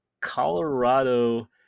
Colorado